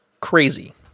crazy